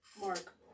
Mark